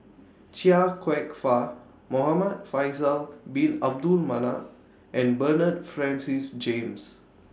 Chia Kwek Fah Muhamad Faisal Bin Abdul Manap and Bernard Francis James